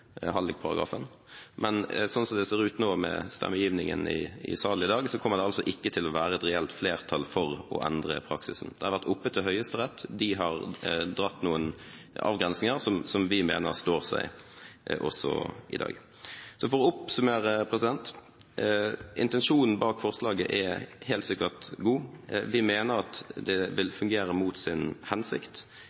men sånn som det ser ut nå med stemmegivningen i salen i dag, så kommer det ikke til å være et reelt flertall for å endre praksisen. Det har vært oppe i Høyesterett, de har dratt noen avgrensninger som vi mener står seg også i dag. For å oppsummere: Intensjonen bak forslaget er helt sikkert god, men vi mener at det vil fungere mot sin hensikt.